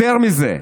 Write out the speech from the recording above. יותר מזה,